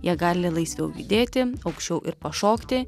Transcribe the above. jie gali laisviau judėti aukščiau ir pašokti